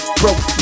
broke